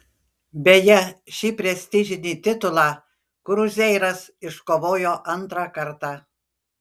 beje šį prestižinį titulą kruzeiras iškovojo antrą kartą